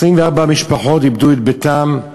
24 משפחות איבדו את ביתן,